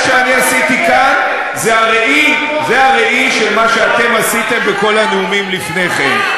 מה שאני עשיתי כאן זה הראי של מה שאתם עשיתם בכל הנאומים לפני כן.